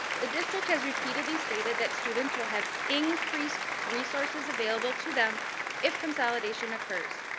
the district has repeatedly stated that students will have increased resources available to them if consolidation occurs.